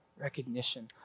recognition